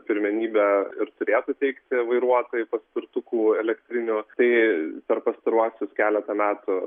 pirmenybę ir turėtų teikti vairuotojai paspirtukų elektrinių tai per pastaruosius keletą metų